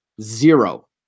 zero